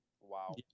Wow